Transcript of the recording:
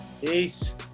peace